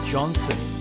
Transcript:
Johnson